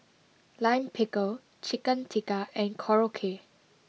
Lime Pickle Chicken Tikka and Korokke